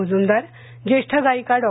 मुजुमदार ज्येष्ठ गायिका डॉ